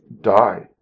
die